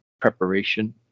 preparation